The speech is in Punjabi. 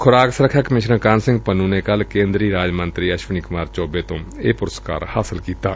ਖੁਰਾਕ ਸੁਰੱਖਿਆ ਕਮਿਸ਼ਨਰ ਕਾਹਨ ਸਿੰਘ ਪੰਨੂ ਨੇ ਕੱਲ੍ਹ ਕੇਂਦਰੀ ਰਾਜ ਮੰਤਰੀ ਅਸ਼ਵਨੀ ਕੁਮਾਰ ਚੌਬੇ ਪਾਸੋ ਇਹ ਐਵਾਰਡ ਹਾਸਲ ਕੀਤਾ ਗਿਆ